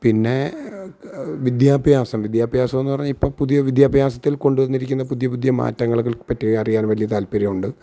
പിന്നെ വിദ്യാഭ്യാസം വിദ്യാഭ്യാസം എന്ന് പറഞ്ഞാൽ ഇപ്പം പുതിയ വിദ്യാഭ്യാസത്തിൽ കൊണ്ടുവന്നിരിക്കുന്നു പുതിയ പുതിയ മാറ്റങ്ങള് പറ്റി അറിയാൻ വലിയ താല്പര്യമുണ്ട്